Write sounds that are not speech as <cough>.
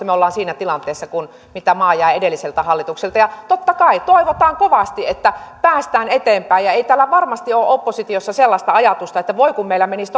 <unintelligible> me olemme siinä tilanteessa mihin maa jäi edelliseltä hallitukselta totta kai toivotaan kovasti että päästään eteenpäin ja ei täällä varmasti ole oppositiossa sellaista ajatusta että voi kun meillä menisi <unintelligible>